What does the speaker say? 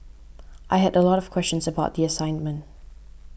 I had a lot of questions about the assignment